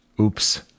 Oops